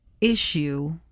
issue